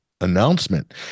announcement